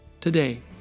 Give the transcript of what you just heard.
Today